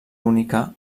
única